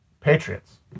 patriots